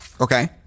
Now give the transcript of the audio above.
Okay